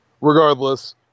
regardless